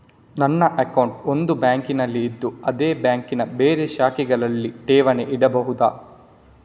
ನನ್ನ ಅಕೌಂಟ್ ಒಂದು ಬ್ಯಾಂಕಿನಲ್ಲಿ ಇದ್ದು ಅದೇ ಬ್ಯಾಂಕಿನ ಬೇರೆ ಶಾಖೆಗಳಲ್ಲಿ ಠೇವಣಿ ಇಡಬಹುದಾ?